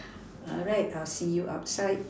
alright I'll see you outside